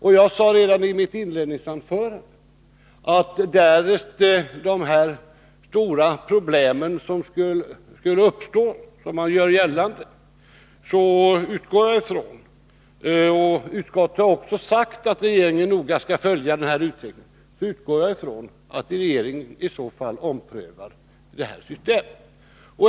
Utskottet har också sagt att regeringen noga skall följa denna utveckling. Jag sade redan i mitt inledningsanförande att därest det skulle uppstå så stora problem som man gör gällande så utgår jag från att regeringen omprövar detta system.